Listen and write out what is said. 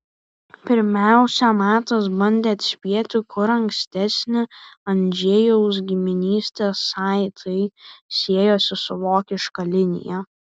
pirmiausia matas bandė atspėti kur ankstesni andžejaus giminystės saitai siejosi su vokiška linija